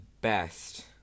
best